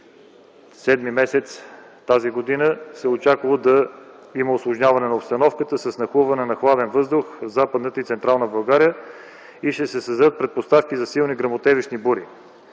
юли месец т.г., се очаквало да има усложняване на обстановката с нахлуване на хладен въздух в Западна и Централна България и създаване на предпоставки за силни гръмотевични бури.